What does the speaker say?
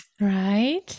Right